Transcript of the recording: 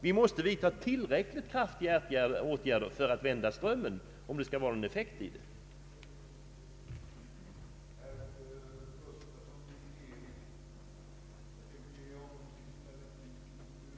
Vi måste vidta tillräckligt kraftiga åtgärder för att vända strömmen, om det skall bli någon effekt av insatserna.